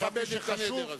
אכבד את הנדר הזה.